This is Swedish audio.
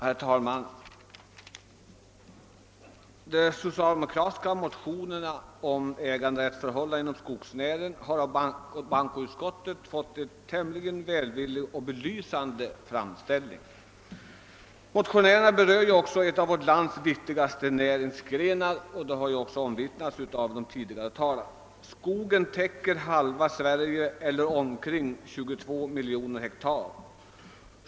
Herr talman! De socialdemokratiska motionerna om ägandeförhållandena inom skogsnäringen har av bankoutskottet fått en tämligen välvillig och belysande framställning. Motionerna berör också en av vårt lands viktigaste näringsgrenar, såsom omvittnats även av de tidigare talarna här. Skogen täcker halva Sverige eller om kring 22 miljoner hektar mark.